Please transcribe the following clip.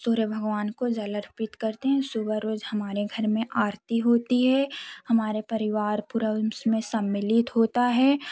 सूर्य भगवान को जल अर्पित करते हैं सुबह रोज़ हमारे घर में आरती होती है हमारे परिवार पूरा उसमें सम्मिलित होता है